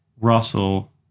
Russell